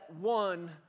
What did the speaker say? one